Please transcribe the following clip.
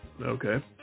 Okay